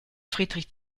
friedrich